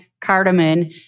cardamom